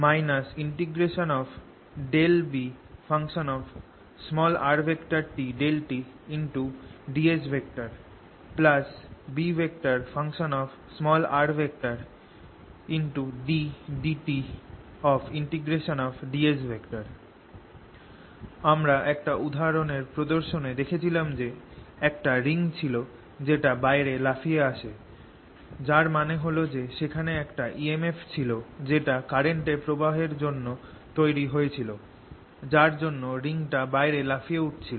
emf - ∂Brt∂tds Bddtds আমরা একটা উদাহরণের প্রদর্শনে দেখেছিলাম যে একটা রিং ছিল যেটা বাইরে লাফিয়ে আসে যার মানে হল যে সেখানে একটা EMF ছিল যেটা কারেন্ট প্রবাহের জন্য তৈরি হয়েছিল যার জন্য রিংটা বাইরে লাফিয়ে উঠেছিল